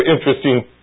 interesting